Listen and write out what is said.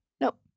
Nope